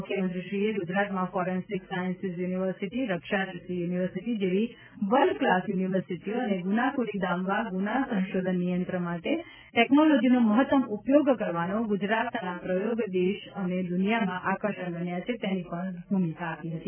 મુખ્યમંત્રીશ્રીએ ગુજરાતમાં forensic sciences university Rakshashakti university જેવી વર્લ્ડ કલાસ યુનિવર્સિટીઓ અને ગૂનાખોરી ડામવા ગૂના સંશોધન નિયંત્રણ માટે ટેકનોલોજીનો મહત્તમ ઉપયોગ કરવાનો ગુજરાતનો પ્રયોગ દેશ અને દુનિયામાં આકર્ષણ બન્યો છે તેની પણ ભૂમિકા આપી હતી